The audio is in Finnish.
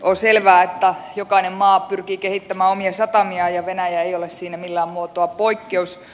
on selvää että jokainen maa pyrkii kehittämään omia satamiaan ja venäjä ei ole siinä millään muotoa poikkeus